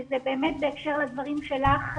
וזה באמת בהקשר לדברים שלך,